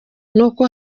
nuko